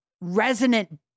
resonant